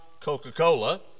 Coca-Cola